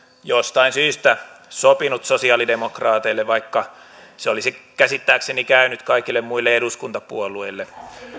jostain syystä sopinut sosiaalidemokraateille vaikka se olisi käsittääkseni käynyt kaikille muille eduskuntapuolueille